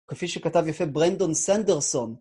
כפי שכתב יפה ברנדון סנדרסון.